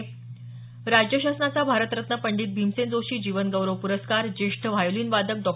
स राज्य शासनाचा भारतरत्न पंडित भीमसेन जोशी जीवनगौरव पुरस्कार ज्येष्ठ व्हायोलिन वादक डॉ